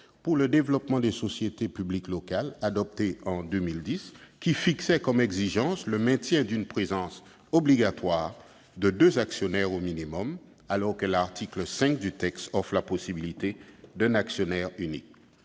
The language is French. pour le développement des sociétés publiques locales, adoptée en 2010, qui fixaient comme exigence le maintien d'une présence obligatoire de deux actionnaires au minimum, alors que l'article 5 du texte ouvre la possibilité d'un actionnaire unique.